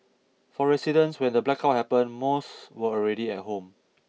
for residents when the blackout happened most were already at home